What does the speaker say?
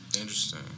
Interesting